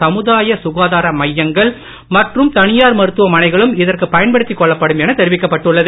சமுதாய சுகாதார மையங்கள் மற்றும் தனியார் மருத்துவ மனைகளும் இதற்கு பயன்படுத்திக் கொள்ளப்படும் எனத் தெரிவிக்கப்பட்டுள்ளது